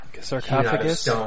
Sarcophagus